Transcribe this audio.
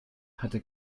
hatte